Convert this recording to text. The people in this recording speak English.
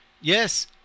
Yes